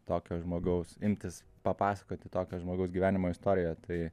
tokio žmogaus imtis papasakoti tokio žmogaus gyvenimo istoriją tai